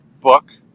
book